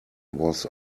was